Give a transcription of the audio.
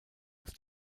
als